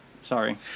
Sorry